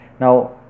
now